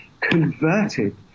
converted